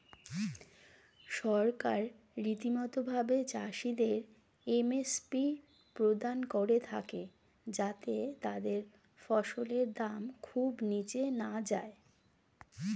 সরকার রীতিমতো ভাবে চাষিদের এম.এস.পি প্রদান করে থাকে যাতে তাদের ফসলের দাম খুব নীচে না যায়